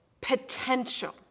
potential